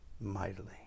mightily